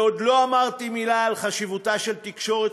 ועוד לא אמרתי מילה על חשיבותה של תקשורת